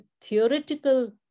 theoretical